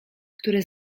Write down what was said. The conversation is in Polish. który